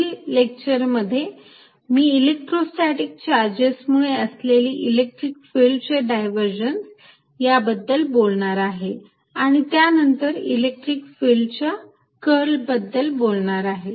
पुढील लेक्चर मध्ये मी इलेक्ट्रोस्टॅटीक चार्जेस मुळे असलेले इलेक्ट्रिक फिल्डचे डायव्हर्जन्स या बद्दल बोलणार आहे आणि त्यानंतर इलेक्ट्रिक फिल्ड च्या कर्ल बद्दल सांगणार आहे